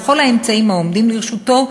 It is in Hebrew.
בכל האמצעים העומדים לרשותו,